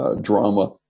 drama